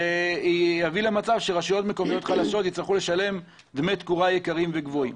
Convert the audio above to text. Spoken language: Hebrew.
יביא למצב שרשויות מקומיות חלשות יצטרכו לשלם דמי תקורה יקרים וגבוהים?